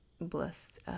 blessed